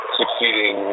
succeeding